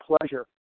pleasure